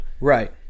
right